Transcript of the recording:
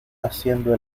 haciendo